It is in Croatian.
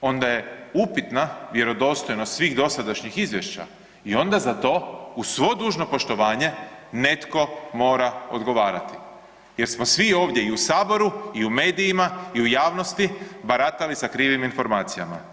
onda je upitna vjerodostojnosti svih dosadašnjih izvješća i onda za to uz svo dužno poštovanje netko mora odgovarati, jer smo svi ovdje i u saboru i u medijima i u javnosti baratali sa krivim informacijama.